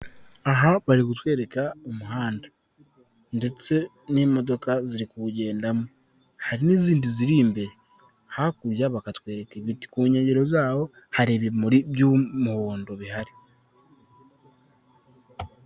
Aha bari kutwereka umuhanda ndetse n'imodoka ziri kuwugendamo, hari n'izindi ziri imbere, hakurya bakatwereka ibiti, ku nkengero zawo hari ibimuri by'umuhondo bihari.